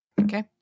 Okay